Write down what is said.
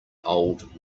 old